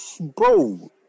bro